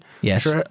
Yes